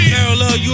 Parallel